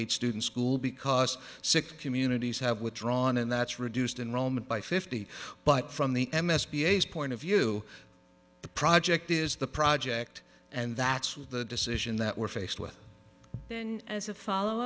eight students school because six communities have withdrawn and that's reduced in rome and by fifty but from the m s p a point of view the project is the project and that's the decision that we're faced with as a follow